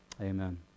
Amen